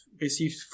received